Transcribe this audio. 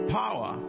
power